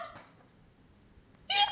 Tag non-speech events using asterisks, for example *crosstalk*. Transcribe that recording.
*laughs*